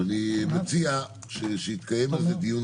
ואני מציע שיתקיים על זה דיון,